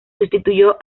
sustituyó